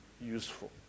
useful